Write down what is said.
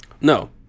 No